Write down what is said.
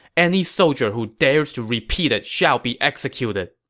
any soldier who dares to repeat it shall be executed.